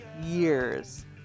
years